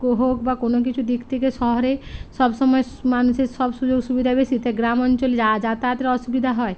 হোক বা কোনও কিছু দিক থেকে শহরে সব সময় মানুষের সব সুযোগ সুবিধা বেশি তাই গ্রাম অঞ্চলে যাতায়াতের অসুবিধা হয়